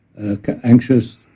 anxious